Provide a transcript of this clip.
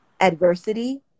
adversity